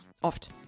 Oft